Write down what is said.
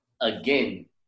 again